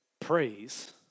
praise